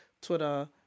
Twitter